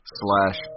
slash